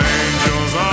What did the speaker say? angel's